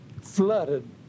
flooded